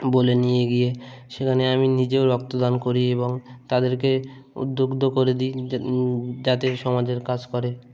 বলে নিয়ে গিয়ে সেখানে আমি নিজেও রক্তদান করি এবং তাদেরকে উদগ্ধ করে দিই যাতে সমাজের কাজ করে